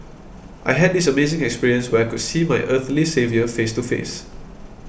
I had this amazing experience where I could see my earthly saviour face to face